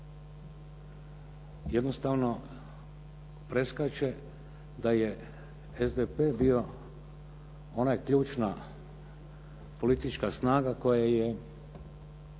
jednostavno preskače da je SDP bio ona ključna politička snaga koja je